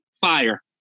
fire